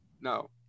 No